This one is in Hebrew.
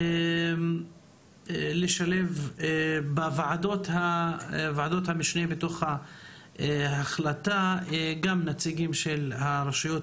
לשלב בוועדות המשנה גם נציגים של הרשויות